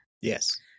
Yes